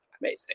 amazing